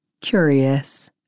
curious